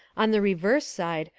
on the reverse side,